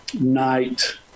night